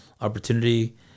opportunity